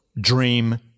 dream